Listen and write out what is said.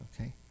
Okay